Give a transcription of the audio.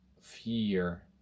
fear